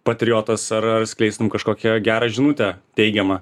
patriotas ar skleistum kažkokią gerą žinutę teigiamą